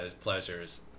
pleasures